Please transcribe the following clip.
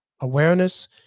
awareness